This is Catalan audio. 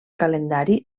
calendari